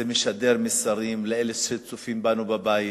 זה משדר מסרים לאלו שצופים בנו בבית,